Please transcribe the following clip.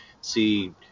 see